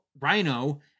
rhino